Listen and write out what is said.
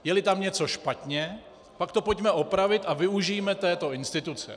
Jeli tam něco špatně, tak to pojďme opravit a využijme této instituce.